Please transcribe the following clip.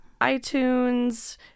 iTunes